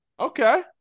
Okay